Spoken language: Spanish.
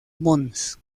mons